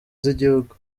z’igihugu